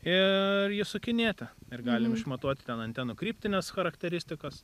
ir jį sukinėti ir galim išmatuoti ten antenų kryptines charakteristikas